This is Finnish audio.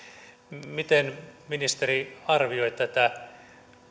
miten ministeri arvioi tätä